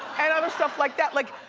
and other stuff like that. like,